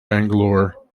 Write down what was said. bangalore